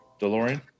DeLorean